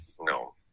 no